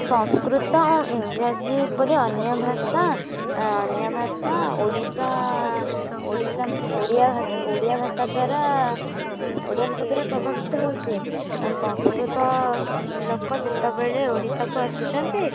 ସଂସ୍କୃତ ଓ ଇଂରାଜୀ ପରି ଅନ୍ୟ ଭାଷା ଅନ୍ୟ ଭାଷା ଓଡ଼ିଶା ଓଡ଼ିଶା ଓଡ଼ିଆ ଓଡ଼ିଆ ଭାଷା ଦ୍ଵାରା ଓଡ଼ିଆ ଭାଷା ଦ୍ଵାରା ପ୍ରଭାବିତ ହେଉଛି ଆଉ ସଂସ୍କୃତ ଲୋକ ଯେତେବେଳେ ଓଡ଼ିଶାକୁ ଆସୁଛନ୍ତି